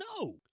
no